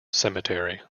cemetery